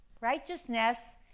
Righteousness